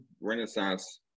Renaissance